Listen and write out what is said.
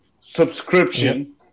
subscription